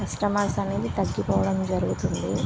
customers అనేది తగ్గిపోవడం జరుగుతుంది